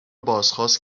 بازخواست